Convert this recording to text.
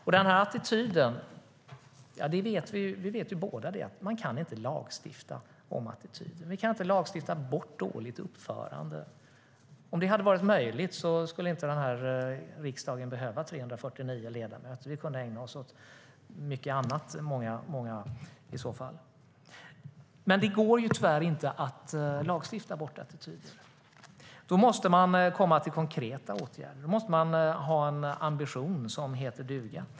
Vi vet båda att det inte går att lagstifta om attityder. Vi kan inte lagstifta bort dåligt uppförande. Om det hade varit möjligt skulle inte riksdagen behöva 349 ledamöter utan många av oss kunde ägna oss åt annat. Det går tyvärr inte att lagstifta bort attityder. Då måste man komma fram till konkreta åtgärder och ha en ambition som heter duga.